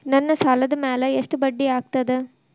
ನನ್ನ ಸಾಲದ್ ಮ್ಯಾಲೆ ಎಷ್ಟ ಬಡ್ಡಿ ಆಗ್ತದ?